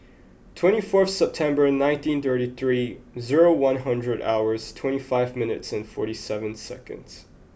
twenty fourth September nineteen thirty three zero one hundred hours twenty five minutes and forty seven seconds